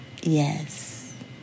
Yes